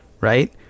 Right